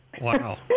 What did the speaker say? Wow